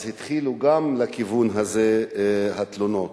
התחילו להגיע לכיוון הזה גם התלונות.